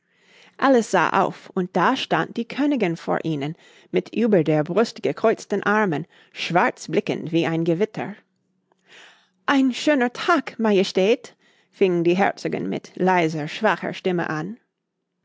alice sah auf und da stand die königin vor ihnen mit über der brust gekreuzten armen schwarzblickend wie ein gewitter ein schöner tag majestät fing die herzogin mit leiser schwacher stimme an